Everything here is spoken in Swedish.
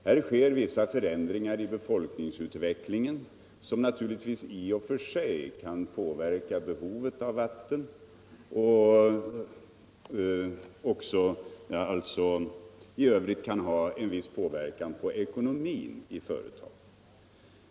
Det sker vissa förändringar i befolkningsutvecklingen som i och för sig kan påverka både behovet av vatten och ekonomin i företaget.